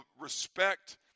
respect